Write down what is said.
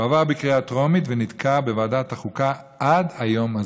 הוא עבר בקריאה טרומית ונתקע בוועדת החוקה עד היום הזה.